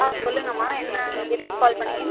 ஆ சொல்லுங்கம்மா என்ன எதுக்கு கால் பண்ணீங்க